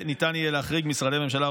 ניתן יהיה להחריג משרדי ממשלה,